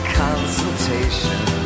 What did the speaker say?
consultation